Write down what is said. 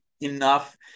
enough